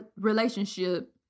relationship